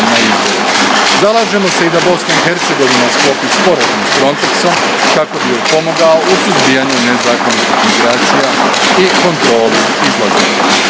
na izvoru. Zalažemo se i da Bosna i Hercegovina sklopi sporazum s Frontexom kako bi joj pomogao u suzbijanju nezakonitih migracija i kontroli situacije.